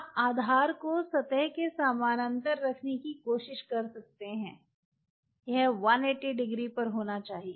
आप आधार को सतह के समानांतर रखने की कोशिश कर सकते हैं यह 180 डिग्री पर होना चाहिए